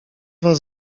was